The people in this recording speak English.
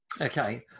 Okay